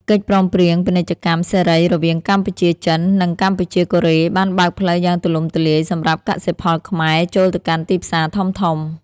កិច្ចព្រមព្រៀងពាណិជ្ជកម្មសេរីរវាងកម្ពុជា-ចិន និងកម្ពុជា-កូរ៉េ បានបើកផ្លូវយ៉ាងទូលំទូលាយសម្រាប់កសិផលខ្មែរចូលទៅកាន់ទីផ្សារធំៗ។